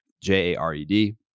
J-A-R-E-D